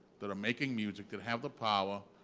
that are making music, that have the power,